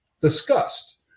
discussed